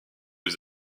aux